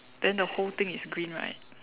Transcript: then the whole thing is green right